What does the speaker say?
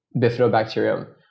Bifidobacterium